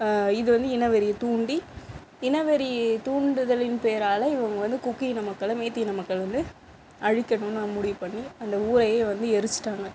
இது வந்து இனவெறியை தூண்டி இனவெறியை தூண்டுதலின் பெயரால் இவங்க வந்து குக்கி இன மக்களை மைத்தி இன மக்கள் வந்து அழிக்கணும் அப்படின்னு முடிவு பண்ணி அந்த ஊரையே வந்து எரிச்சுட்டாங்க